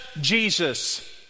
Jesus